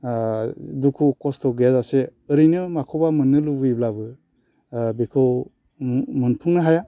दुखु खस्त' गैयाजासे ओरैनो माखौबा मोननो लुबैब्लाबो बेखौ मोनफुंनो हाया